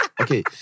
Okay